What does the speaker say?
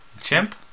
Chimp